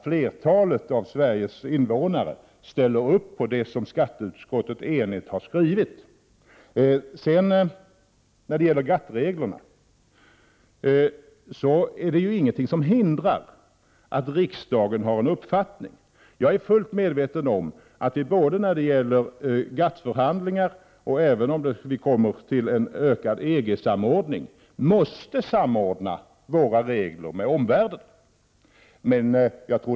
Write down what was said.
Flertalet av Sveriges invånare sluter säkert upp bakom det eniga skatteutskottets skrivning. Det är ingenting som hindrar att riksdagen har en uppfattning om GATT-reglerna. Jag är fullt medveten om att vi både vid GATT-förhandlingar och vid en ökad EG-samordning måste anpassa våra regler till omvärlden.